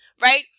right